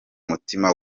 mutima